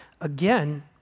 Again